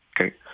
Okay